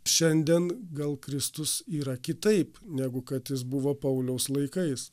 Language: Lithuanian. šiandien gal kristus yra kitaip negu kad jis buvo pauliaus laikais